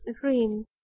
dream